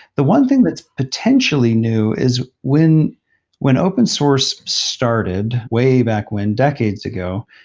the one thing that's potentially new is when when open source started way back when, decades ago,